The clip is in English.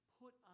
put